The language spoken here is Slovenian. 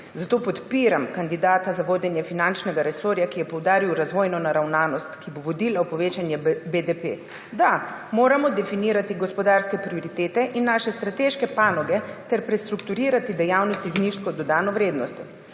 zato podpiram kandidata za vodenje finančnega resorja, ki je poudaril razvojno naravnanost, ki bo vodila v povečanje BDP. Da, moramo definirati gospodarske prioritete in naše strateške panoge ter prestrukturirati dejavnosti z nizko dodano vrednostjo.